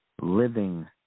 Living